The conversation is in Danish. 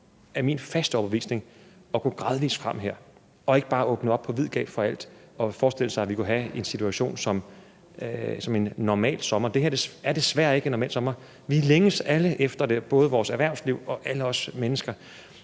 er min faste overbevisning – at gå gradvis frem her og ikke bare åbne op på vid gab for alt og forestille sig, at vi kunne have en situation som en normal sommer. Det her er desværre ikke en normal sommer. Vi længes alle efter det, både vores erhvervsliv og alle os mennesker,